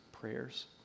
prayers